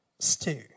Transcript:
Stew